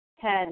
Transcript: Ten